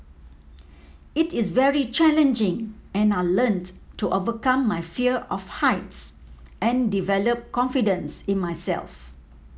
it is very challenging and I learnt to overcome my fear of heights and develop confidence in myself